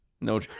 No